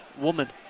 woman